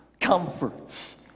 comforts